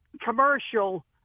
commercial